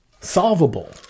solvable